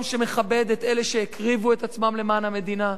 שמכבד את אלה שהקריבו את עצמם למען המדינה,